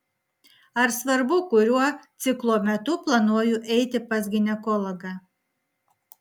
ar svarbu kuriuo ciklo metu planuoju eiti pas ginekologą